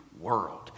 world